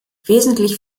wesentlich